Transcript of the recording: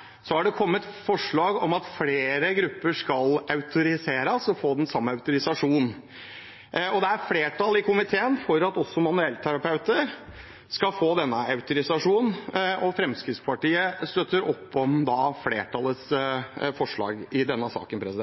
Så har det under behandlingen i komiteen kommet forslag om at flere grupper, utover disse tre, skal gis autorisasjon. Det er flertall i komiteen for at også manuellterapeuter skal få autorisasjon, og Fremskrittspartiet støtter opp om flertallets forslag i denne saken. Jeg